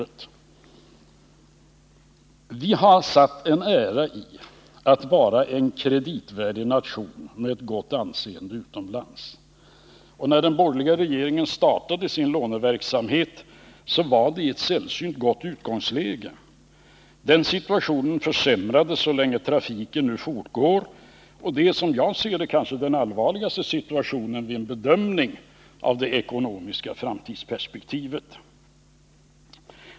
Sverige har satt en ära i att vara en kreditvärdig nation med ett gott anseende utomlands, och när den borgerliga regeringen startade sin låneverksamhet skedde det i ett sällsynt bra utgångsläge. Den situationen försämras så länge trafiken nu fortgår. Och det är som jag ser det kanske den allvarligaste situationen vid en bedömning av det ekonomiska framtidsperspektivet.